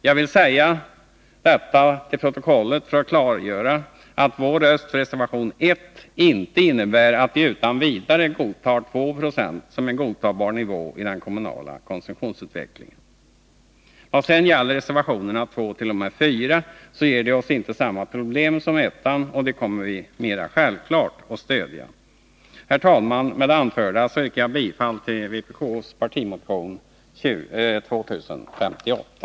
Jag vill säga detta och få det fört till protokollet för att klargöra att vår röst för reservation 1 inte innebär att vi utan vidare accepterar 2 20 som en godtagbar nivå i den kommunala konsumtionsutvecklingen. Reservationerna 2-4 ger oss inte samma problem som reservation 1; det är mer självklart att vi kommer att stödja dem. Herr talman! Med det anförda yrkar jag bifall till vpk:s partimotion 2058.